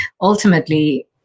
ultimately